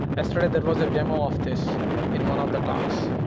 yesterday there was a demo of this in one of the talks.